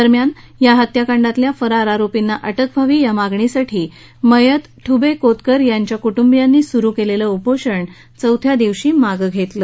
दरम्यान या हत्याकांडातल्या फरार आरोपीना अटक व्हावी या मागणीसाठी मयत दुबे कोतकर यांच्या कुटुंबियांनी सुरू केलेल उपोषण चौथ्या दिवशी मागे घेतलं